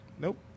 Nope